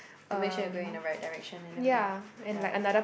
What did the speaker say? to make sure you're going in the right direction and everything ya